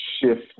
shift